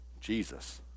Jesus